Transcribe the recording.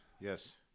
Yes